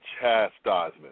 chastisement